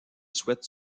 souhaite